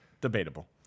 Debatable